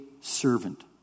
servant